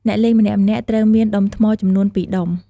អ្នកលេងម្នាក់ៗត្រូវមានដុំថ្មចំនួន ២ ដុំ។